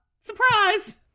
Surprise